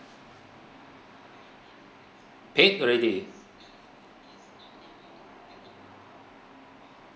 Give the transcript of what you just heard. paid already